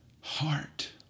heart